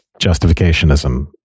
justificationism